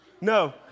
No